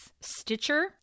Stitcher